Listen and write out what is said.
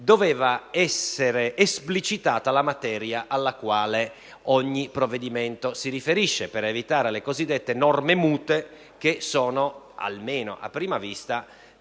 dovesse essere esplicitata la materia alla quale ogni provvedimento si riferisce. Questo, al fine di evitare le cosiddette norme mute, che sono, almeno a prima vista,